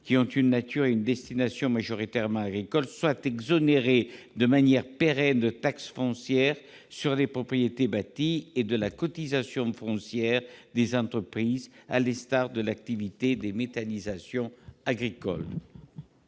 qui ont une nature et une destination majoritairement agricoles, soient exonérés de manière pérenne de taxe foncière sur les propriétés bâties et de CFE, à l'instar de l'activité de méthanisation agricole.